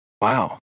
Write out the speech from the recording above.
wow